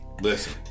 Listen